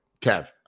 Kev